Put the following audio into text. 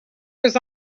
was